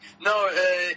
No